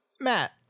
Matt